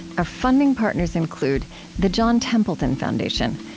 our funding partners include the john templeton foundation,